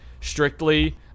Strictly